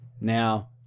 Now